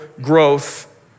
growth